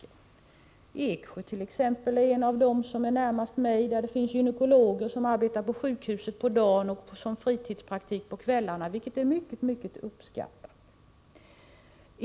I Eksjö t.ex., som är en av de kommuner som ligger närmast mig, finns det gynekologer som arbetar på sjukhuset på dagen och som fritidspraktiker på kvällarna, vilket är mycket uppskattat.